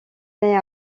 naît